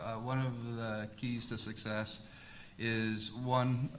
ah one of the keys to success is one,